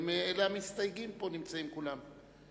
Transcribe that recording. המסתייגים, פה נמצאים כולם.